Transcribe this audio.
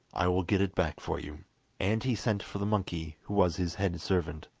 i will get it back for you and he sent for the monkey who was his head servant.